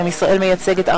ואמיצה.